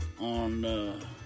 On